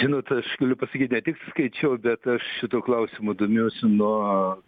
žinot aš galiu pasakyt ne tik skaičiau bet aš šituo klausimu domėjausi nuo